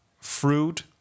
fruit